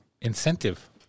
incentive